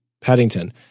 Paddington